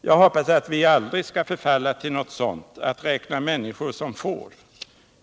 Jag hoppas att vi aldrig skall förfalla till något sådant — att räkna människor som får.